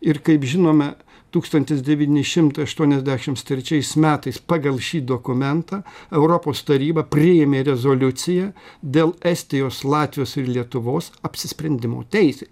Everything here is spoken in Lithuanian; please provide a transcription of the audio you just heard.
ir kaip žinome tūkstantis devyni šimtai aštuoniasdešims trečiais metais pagal šį dokumentą europos taryba priėmė rezoliuciją dėl estijos latvijos ir lietuvos apsisprendimo teisė